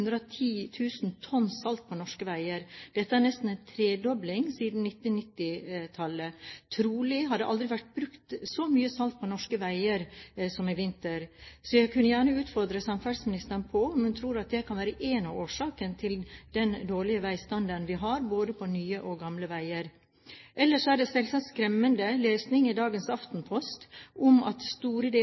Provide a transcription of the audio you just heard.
brukt 210 000 tonn salt på norske veier. Dette er nesten en tredobling siden 1990-tallet. Trolig har det aldri vært brukt så mye salt på norske veier som i vinter. Så jeg vil gjerne utfordre samferdselsministeren på om hun tror at det kan være en av årsakene til den dårlige veistandarden vi har, både på nye og gamle veier. Ellers er det selvsagt skremmende lesning i dagens Aftenposten om at store deler